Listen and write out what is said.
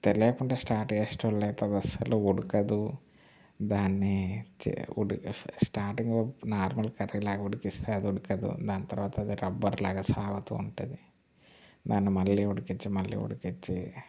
తెలియకుండా స్టార్ట్ చేసే వాళ్ళయితే అది అసలు ఉడకదు దాన్ని చే ఉడికిస్తే స్టార్టింగు నార్మల్ కర్రీ లాగా ఉడికిస్తే అది ఉడకదు దాని తర్వాత అది రబ్బర్ లాగా సాగుతూ ఉంటుంది దాన్ని మళ్ళీ ఉడికించి మళ్ళీ ఉడికించి